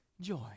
joy